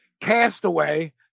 castaway